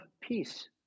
peace